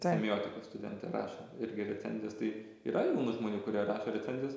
semiotikos studentė rašo irgi recenzijas tai yra jaunų žmonių kurie rašo recenzijas